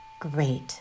Great